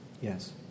Yes